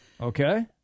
Okay